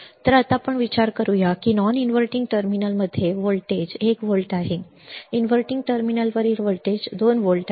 तर आता आपण विचार करूया की नॉन इनव्हर्टिंग टर्मिनलमध्ये व्होल्टेज 1 व्होल्ट आहे इनव्हर्टिंग टर्मिनलवरील व्होल्टेज 2 व्होल्ट आहे